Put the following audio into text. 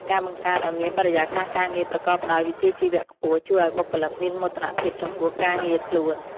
ការបង្កើតឱ្យមានបរិយាកាសការងារប្រកបដោយវិជ្ជាជីវៈខ្ពស់ ជួយឱ្យបុគ្គលិកមានមោទនភាពចំពោះការងារខ្លួន។